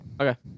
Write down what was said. okay